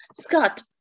Scott